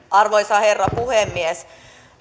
arvoisa herra puhemies